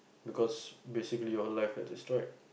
because basically your life get destroyed